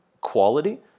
quality